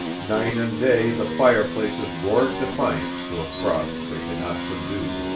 night and day the fireplaces roared defiance to a frost they could not subdue,